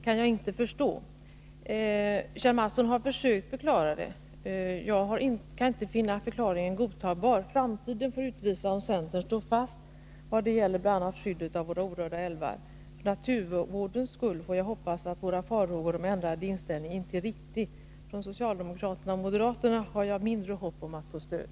Kjell Mattsson har försökt förklara det. Jag finner inte förklaringen godtagbar. Framtiden får visa om centern står fast vid bl.a. skyddet av våra orörda älvar. För naturvårdens skull hoppas jag att våra farhågor om en ändrad inställning från centerns sida inte blir besannade. Från socialdemokraterna och moderaterna har jag mindre hopp om att få stöd.